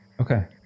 Okay